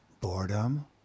boredom